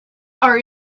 are